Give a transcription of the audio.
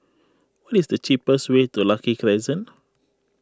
what is the cheapest way to Lucky Crescent